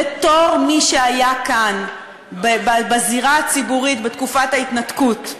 בתור מי שהיה כאן בזירה הציבורית בתקופת ההתנתקות,